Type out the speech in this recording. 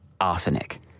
arsenic